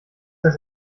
das